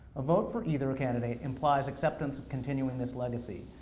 a vote for either candidate implies acceptance of continuing this legacy.